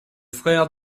frère